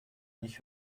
nicht